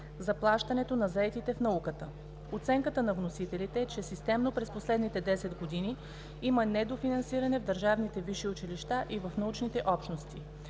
заплащането на заетите в науката. Оценката на вносителите е, че системно през последните 10 години има недофинансиране в държавните висши училища и в научните общности